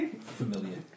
Familiar